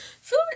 Food